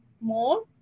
more